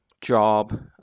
job